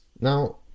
Now